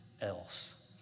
else